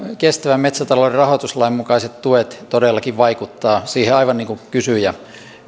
kestävän metsätalouden rahoituslain mukaiset tuet todellakin vaikuttavat siihen aivan niin kuin kysyjä